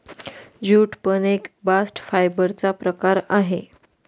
jute पण एक bast fibre चा प्रकार आहे